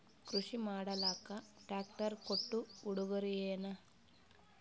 ಕೃಷಿ ಮಾಡಲಾಕ ಟ್ರಾಕ್ಟರಿ ಕೊಟ್ಟ ಉಡುಗೊರೆಯೇನ?